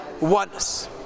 oneness